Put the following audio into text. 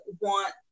want